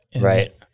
Right